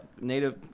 native